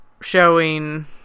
showing